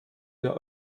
ihr